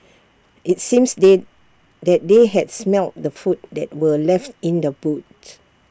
IT seems they that they had smelt the food that were left in the boot